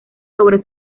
sobre